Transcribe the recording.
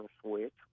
switch